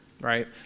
right